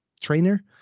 trainer